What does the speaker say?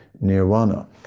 Nirvana